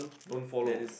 don't follow